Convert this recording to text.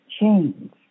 change